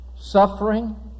suffering